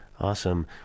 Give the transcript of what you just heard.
Awesome